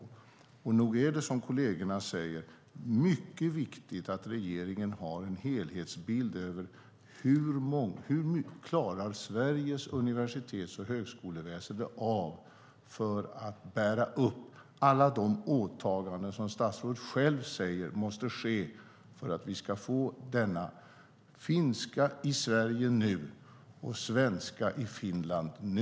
Nog är det, som kollegerna säger, mycket viktigt att regeringen har en helhetsbild av hur mycket Sveriges universitets och högskoleväsen klarar av, för att bära upp alla de åtaganden som statsrådet själv säger måste ske för att vi ska få finska i Sverige nu och svenska i Finland nu.